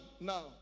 now